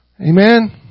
Amen